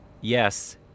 Yes